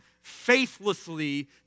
faithlessly